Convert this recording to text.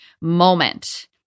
moment